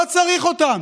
לא צריך אותם.